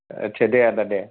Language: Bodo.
आच्चा दे आदा दे